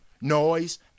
noise